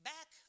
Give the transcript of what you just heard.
Back